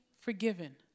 forgiven